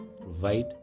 provide